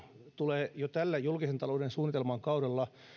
tulee jo tällä julkisen talouden suunnitelman kaudella